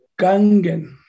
Gangan